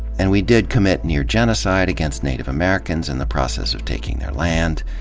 and we did commit near-genocide against native americans in the process of taking their land.